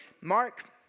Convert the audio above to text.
Mark